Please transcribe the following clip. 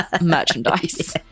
merchandise